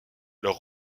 leur